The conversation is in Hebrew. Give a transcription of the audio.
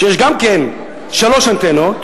שיש בה גם כן שלוש אנטנות,